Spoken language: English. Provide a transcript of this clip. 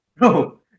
No